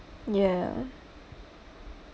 ya